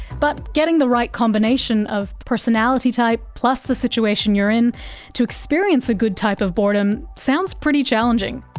but getting the right combination of personality type plus the situation you're in to experience a good type of boredom sounds pretty challenging.